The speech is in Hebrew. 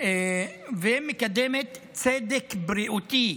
ומקדמת צדק בריאותי,